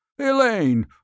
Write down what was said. Elaine